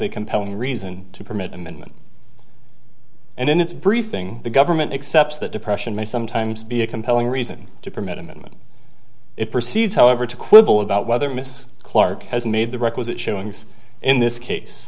a compelling reason to permit amendment and in its briefing the government accepts that depression may sometimes be a compelling reason to permit amendment it proceed however to quibble about whether miss clark has made the requisite showings in this case